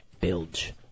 Bilge